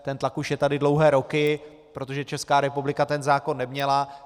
Ten tlak už je tady dlouhé roky, protože Česká republika ten zákon neměla.